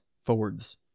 forwards